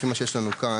לפי מה שיש לנו כאן.